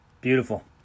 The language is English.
Beautiful